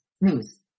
News